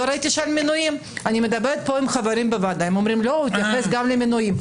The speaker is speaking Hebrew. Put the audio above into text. אני מדברת עם חברים בוועדה אומר שגם התייחס למינויים.